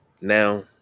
Now